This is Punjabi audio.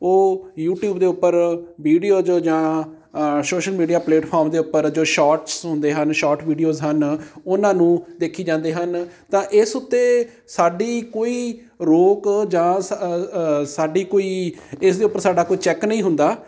ਉਹ ਯੂਟਿਊਬ ਦੇ ਉੱਪਰ ਵੀਡੀਓਜ ਜਾਂ ਸੋਸ਼ਲ ਮੀਡੀਆ ਪਲੇਟਫੋਰਮ ਦੇ ਉੱਪਰ ਜੋ ਸ਼ੋਰਟਸ ਹੁੰਦੇ ਹਨ ਸ਼ੋਰਟ ਵੀਡੀਓਜ ਹਨ ਉਹਨਾਂ ਨੂੰ ਦੇਖੀ ਜਾਂਦੇ ਹਨ ਤਾਂ ਇਸ ਉੱਤੇ ਸਾਡੀ ਕੋਈ ਰੋਕ ਜਾਂ ਸਾਡੀ ਕੋਈ ਇਸ ਦੇ ਉੱਪਰ ਸਾਡਾ ਕੋਈ ਚੈੱਕ ਨਹੀਂ ਹੁੰਦਾ